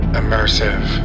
immersive